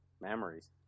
Memories